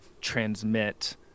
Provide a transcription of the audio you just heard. transmit